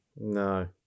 no